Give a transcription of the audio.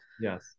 yes